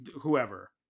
whoever